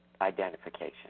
identification